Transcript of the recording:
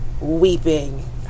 weeping